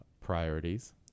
priorities